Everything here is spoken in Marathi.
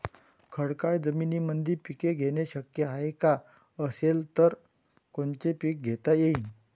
खडकाळ जमीनीमंदी पिके घेणे शक्य हाये का? असेल तर कोनचे पीक घेता येईन?